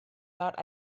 thought